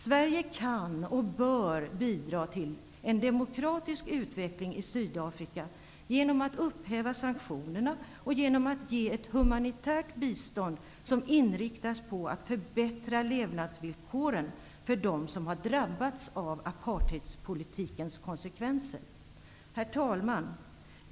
Sverige kan och bör bidra till en demokratisk utveckling i Sydafrika genom att upphäva sanktionerna och genom att ge ett humanitärt bistånd som inriktas på att förbättra levnadsvillkoren för dem som drabbats av apartheidpolitikens konsekvenser. Herr talman!